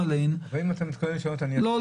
עליהן --- אבל אם אתה מתכוון לשנות --- לא,